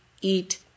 eat